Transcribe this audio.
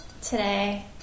today